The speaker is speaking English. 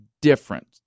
different